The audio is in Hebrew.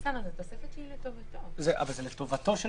אבל זה לטובתו.